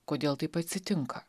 kodėl taip atsitinka